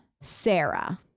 sarah